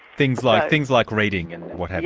things like things like reading and what have you?